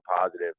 positive